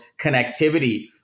connectivity